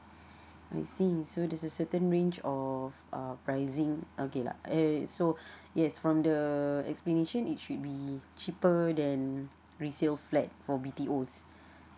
I see so there's a certain range of uh pricing okay lah eh so yes from the explanation it should be cheaper than resale flat for B_T_O